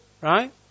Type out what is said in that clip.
right